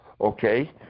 Okay